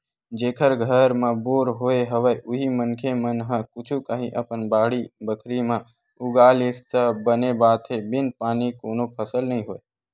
जेखर घर म बोर होय हवय उही मनखे मन ह कुछु काही अपन बाड़ी बखरी म उगा लिस त बने बात हे बिन पानी कोनो फसल नइ होय